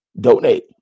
donate